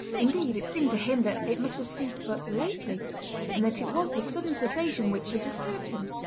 indeed it seemed to him that it must have ceased but lately and that it was the sudden cessation which had disturbed him.